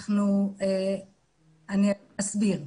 אני אסביר.